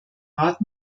rat